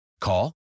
Call